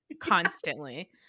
constantly